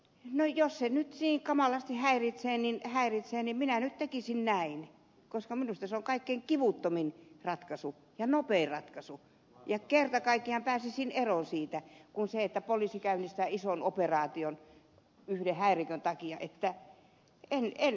no jos se nyt niin kamalasti häiritsee niin minä nyt tekisin näin koska minusta se on kaikkein kivuttomin ja nopein ratkaisu ja kerta kaikkiaan pääsisin eroon siitä kuin se että poliisi käynnistää ison operaation yhden häirikön takia